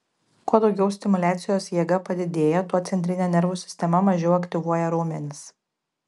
kuo daugiau stimuliacijos jėga padidėja tuo centrinė nervų sistema mažiau aktyvuoja raumenis